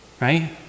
right